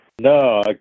No